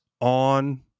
on